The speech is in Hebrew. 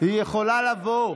היא יכולה לבוא.